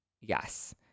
Yes